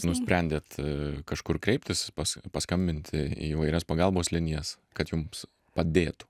nusprendėt kažkur kreiptis pas paskambinti į įvairias pagalbos linijas kad jums padėtų